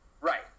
Right